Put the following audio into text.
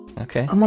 Okay